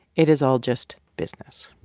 it is all just business